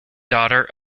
daughter